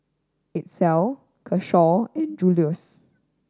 Itzel Keshawn and Juluis